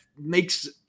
makes